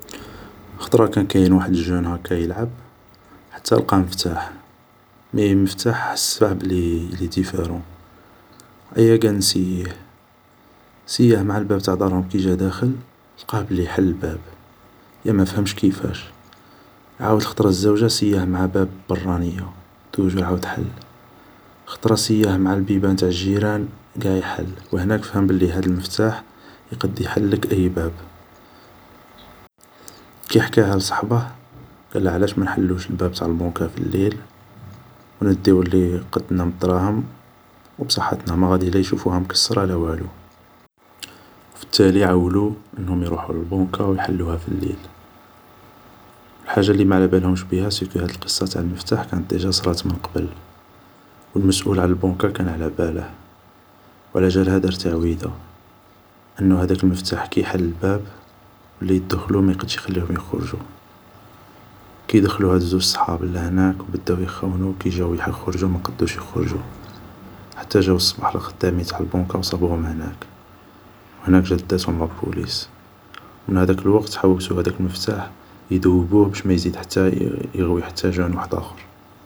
﻿خطرة كان كاين واحد الجون هاكا يلعب، حتى لقا مفتاح ، بصح مفتاح حسه بلي الي ديفيرون، ايا قال نسييه، سياه معا الباب تاع دارهم كي جا داخل، لقاه بلي يحل الباب، ايا ما فهمش كيفاش، عاود الخطرة الزاوجة سياه معا باب برانية و توجور عاود حل، خطرا سياه مع البيبان تاع الجيران، قاع ينحلو، و هناك فهم بلي هاد المفتاح يقد يحلك اي باب. كي حكاها لصحبه، قاله علاش مانحلوش الباب تاع البونكا في الليل، و نديو اللي يقدنا من الدراهم و بصحتنا. ما غادي لا يشوفوها مكسرة لا والو. في التالي عولو انهم يروحو للبونكا و يحلوها في الليل. حاجة اللي ماعلبالهمش بيها سيكو هاد القصة تاع المفتاح، ديجا كانت صرات من قبل، و المسؤول على البنكا كان علابله، و علاجالها دار تعويدة، انو هداك المفتاح كي يحل الباب، اللي يدخلو ميقدش يعاود يخليهم يخرجو، كي دخلو هادوك زوج صحاب لهناك و بداو يخونو، كي جاو يح يخرجو مقدوش يخرجو. حتى جاو الصباح الخدامين تاع البنكا و صابوهم هناك، و هناك جات اداتهم لا بوليس، و من هداك الوقت، حوسو هداك المفتاح يدوبوه باش ما يزيد حتى ي-يغوي حتى جان وحداخر.